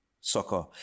soccer